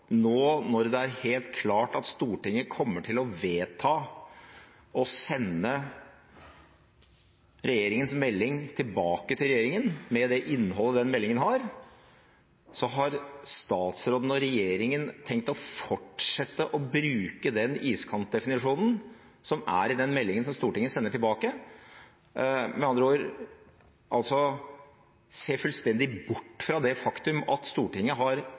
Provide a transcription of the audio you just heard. nå er helt klart at Stortinget kommer til å vedta å sende regjeringens melding tilbake til regjeringen med det innholdet denne meldingen har, så har statsråden og regjeringen tenkt å fortsette å bruke den iskantdefinisjonen som er i den meldingen som Stortinget sender tilbake – med andre ord: se fullstendig bort fra det faktum at Stortinget har